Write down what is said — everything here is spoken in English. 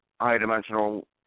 high-dimensional